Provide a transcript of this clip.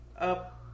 up